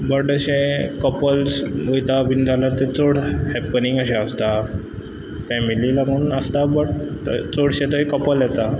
but अशें couples वयता बीन जाल्यार थंय चड हॅपनींग अशें आसता फॅमिली लागून आसता बट थंय चडशे थंय कपल येता